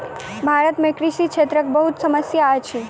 भारत में कृषि क्षेत्रक बहुत समस्या अछि